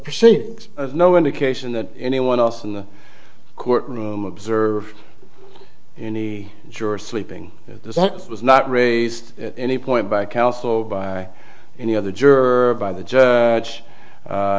proceedings no indication that anyone else in the courtroom observed any juror sleeping this was not raised at any point by counsel by any other jerk by the judge a